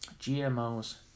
GMOs